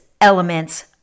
elements